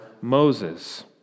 Moses